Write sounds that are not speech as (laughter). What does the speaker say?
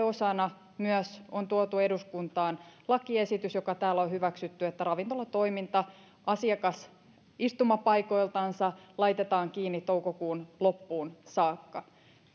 (unintelligible) osana myös on tuotu eduskuntaan lakiesitys joka täällä on hyväksytty että ravintolatoiminta asiakasistumapaikoiltansa laitetaan kiinni toukokuun loppuun saakka